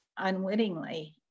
unwittingly